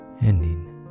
ending